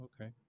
Okay